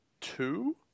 two